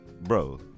bro